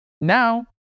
now